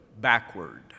backward